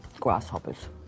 grasshoppers